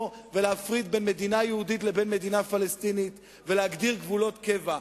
ולהפריד בין מדינה יהודית לבין מדינה פלסטינית ולהגדיר גבולות קבע.